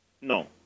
No